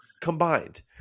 combined